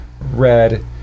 red